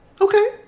Okay